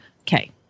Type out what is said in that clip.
Okay